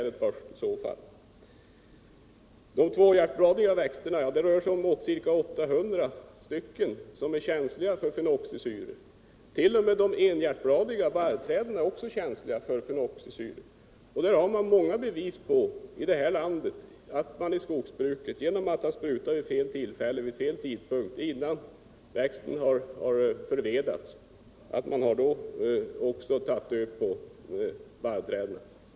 Det rör sig om ca 800 tvåhjärtbladiga växter som är känsliga för fenoxisyror, och t.o.m. de enhjärtbladiga, barrträden, är känsliga för dessa medel. Det finns många bevis i det här landet på att man i skogsbruket — genom att spruta vid fel tillfälle, innan växten förvedats — har tagit död också på barrträden.